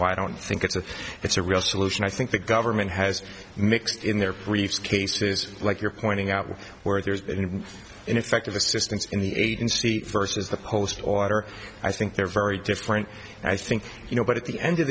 why i don't think it's a it's a real solution i think the government has mixed in their previous cases like you're pointing out where there's been ineffective assistance in the agency versus the post order i think they're very different and i think you know but at the end of